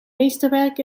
meesterwerk